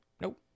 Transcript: nope